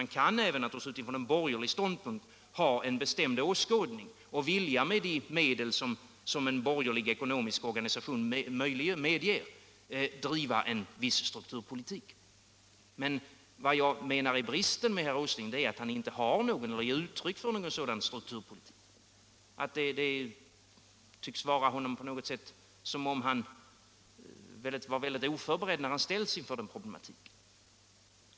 Man kan även med utgångspunkt från en borgerlig ståndpunkt ha en bestämd åskådning och vilja med de medel som en borgerlig ekonomisk organisation medger driva en viss strukturpolitik. Men vad jag menar är bristen med herr Åsling är att han inte har och inte ger uttryck för någon sådan strukturpolitik. Det är som om han var helt oförberedd när han ställs inför den problematiken.